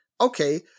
Okay